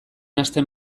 hasten